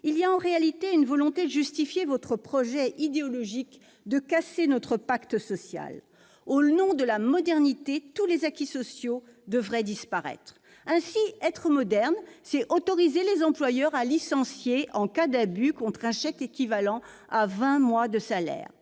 il y a, en réalité, une volonté de justifier votre projet idéologique de casser notre pacte social. Au nom de la modernité, tous les acquis sociaux devraient disparaître. Ainsi, être moderne, c'est autoriser les employeurs à licencier contre un chèque équivalent à vingt mois de salaire